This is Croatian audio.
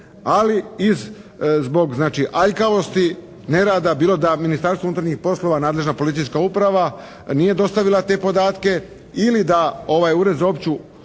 iz, zbog aljkavosti, nerada bilo da Ministarstvo unutarnjih poslova, nadležna Policijska uprava nije dostavila te podatke ili da ovaj Ured za opću